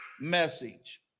message